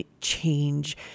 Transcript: change